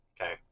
Okay